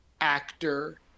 actor